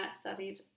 studied